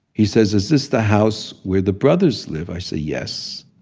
he says, is this the house where the brothers live? i say yes.